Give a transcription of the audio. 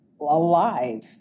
alive